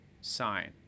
sign